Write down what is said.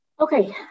Okay